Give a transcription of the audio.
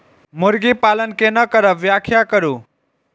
मुर्गी पालन केना करब व्याख्या करु?